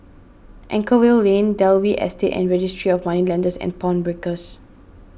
Anchorvale Lane Dalvey Estate and Registry of Moneylenders and Pawnbrokers